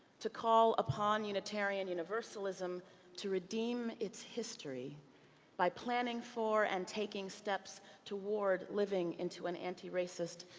to call upon unitarian universalism to redeem its history by planning for and taking steps toward living into an anti-racist,